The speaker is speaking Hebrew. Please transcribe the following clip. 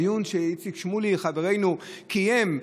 בדיון שאיציק שמולי חברנו קיים,